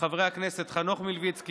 חברי הכנסת חנוך מלביצקי,